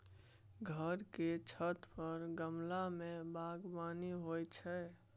घर के छत पर गमला मे बगबानी होइ छै